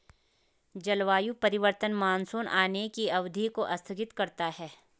जलवायु परिवर्तन मानसून आने की अवधि को स्थगित करता है